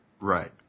Right